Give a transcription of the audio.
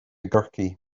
gcorcaigh